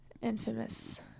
infamous